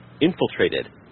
infiltrated